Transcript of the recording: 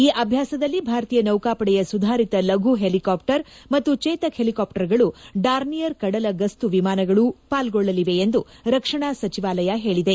ಈ ಅಭ್ಯಾಸದಲ್ಲಿ ಭಾರತೀಯ ನೌಕಾಪಡೆಯ ಸುಧಾರಿತ ಲಘು ಹೆಲಿಕಾಪ್ಚರ್ ಮತ್ತು ಚೇತಕ್ ಹೆಲಿಕಾಪ್ಚರ್ಗಳು ಡಾರ್ನಿಯರ್ ಕಡಲ ಗಸ್ತು ವಿಮಾನಗಳು ಪಾಲ್ಗೊಳ್ಳಲಿವೆ ಎಂದು ರಕ್ಷಣಾ ಸಚಿವಾಲಯ ಹೇಳಿದೆ